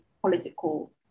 political